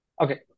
Okay